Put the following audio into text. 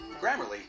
Grammarly